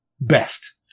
best